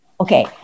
Okay